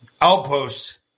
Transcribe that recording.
Outposts